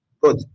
Good